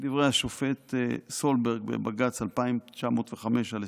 מדברי השופט סולברג בבג"ץ 2905/20: